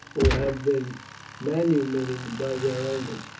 or have been manumitted by their owners.